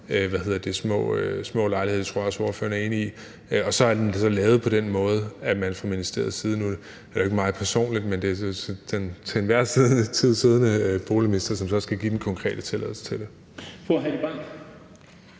lukker små lejligheder, og det tror jeg også at ordføreren er enig i. Så er det lavet på den måde, at det er fra ministeriets side – nu er det ikke mig personligt, men den til enhver tid siddende boligminister – der skal gives den konkrete tilladelse til det. Kl. 16:10 Den